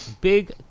big